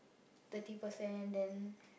thirty percent then